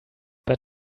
but